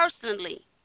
personally